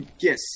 Yes